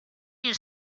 you